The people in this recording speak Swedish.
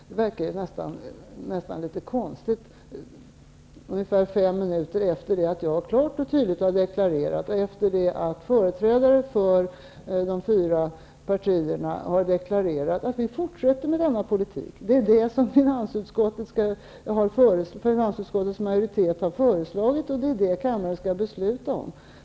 Det verkar litet konstigt, ungefär fem minuter efter det att jag klart och tydligt har deklarerat och efter att företrädare för de fyra partierna har deklarerat att vi fortsätter med vår politik. Det är detta finansutskottets majoritet har föreslagit, och det är det kammaren skall besluta om.